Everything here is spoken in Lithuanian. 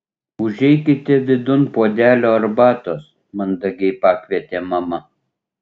užeikite vidun puodelio arbatos mandagiai pakvietė mama